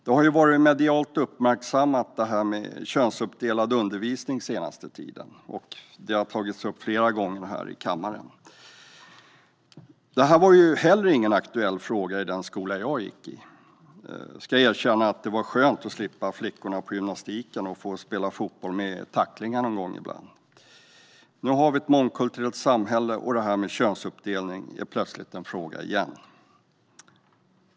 Könsuppdelad undervisning har uppmärksammats i medierna den senaste tiden. Frågan har tagits upp flera gånger i kammaren. Det här var inte heller en aktuell fråga i den skola jag gick i. Jag ska erkänna att det var skönt att slippa flickorna på gymnastiken och spela fotboll med tacklingar ibland. Nu har vi ett mångkulturellt samhälle, och könsuppdelning är plötsligt en fråga igen.